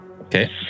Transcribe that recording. Okay